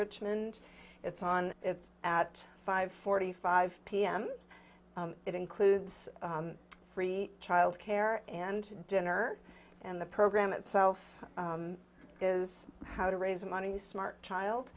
richmond it's on it's at five forty five pm it includes free childcare and dinner and the program itself is how to raise money smart child